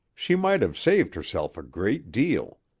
she might have saved herself a great deal.